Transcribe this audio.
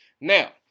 Now